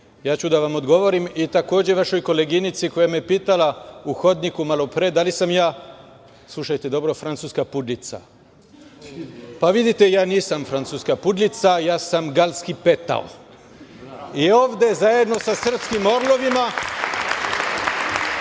ja ću da vam odgovorim i takođe vašoj koleginici koja me je pitala u hodniku malopre da li sam ja, slušajte dobro, francuska pudlica. Pa vidite, ja nisam francuska pudlica, ja sam galski petao i ovde zajedno sa srpskim orlovima